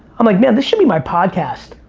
i'm like man, this should be my podcast.